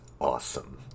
awesome